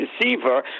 Deceiver